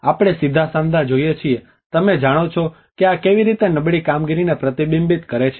આપણે સીધા સાંધા જોઈએ છીએ તમે જાણો છો કે આ કેવી રીતે નબળી કારીગરીને પ્રતિબિંબિત કરે છે